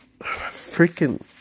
freaking